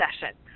session